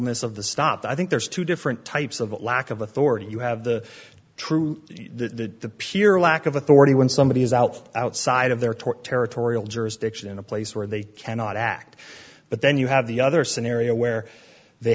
miss of the stop i think there's two different types of lack of authority you have the true the pure lack of authority when somebody is out outside of their tort territorial jurisdiction in a place where they cannot act but then you have the other scenario where they